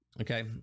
Okay